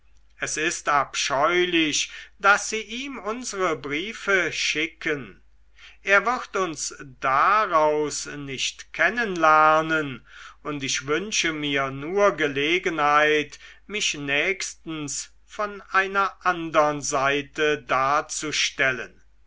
es ist abscheulich daß sie ihm unsere briefe schicken er wird uns daraus nicht kennen lernen und ich wünsche mir nur gelegenheit mich nächstens von einer andern seite darzustellen